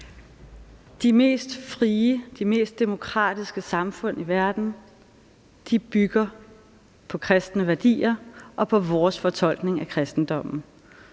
De mest frie og de mest demokratiske samfund i verden bygger på kristne værdier og på vores fortolkning af kristendommen.